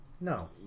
No